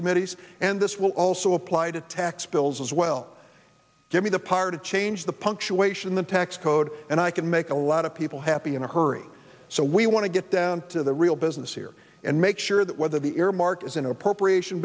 committees and this will also apply to tax bills as well give me the power to change the punctuation the tax code and i can make a lot of people happy in a hurry so we want to get down to the real business here and make sure that whether the earmark is an appropriation